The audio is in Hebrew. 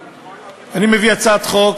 מרגי הצעת חוק